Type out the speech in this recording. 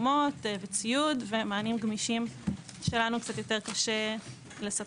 תרומות וציוד ומענים גמישים שלנו קצת יותר קשה לספק.